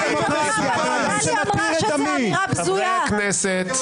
--- חברי הכנסת.